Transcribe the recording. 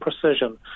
precision